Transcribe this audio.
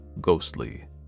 ghostly